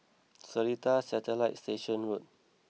Seletar Satellite Station Road